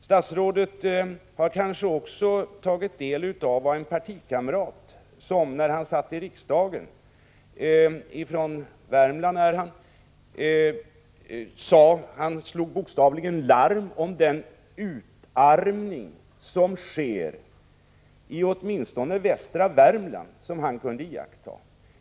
Statsrådet har kanske tagit del av vad en partikamrat från Värmland sade under sin tid som riksdagsledamot, när han bokstavligen slog larm om den utarmning som sker och som han kunde iaktta i åtminstone västra Värmland.